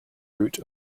root